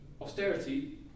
austerity